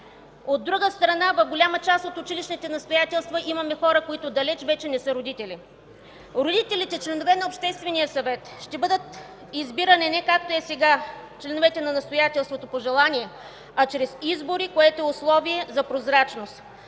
От друга страна, в голяма част от училищните настоятелства имаме хора, които далеч вече не са родители. Родителите, членове на Обществения съвет, ще бъдат избирани не както е сега – членовете на настоятелството по желание, а чрез избори, което е условие за прозрачност.